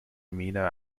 amino